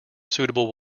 suitable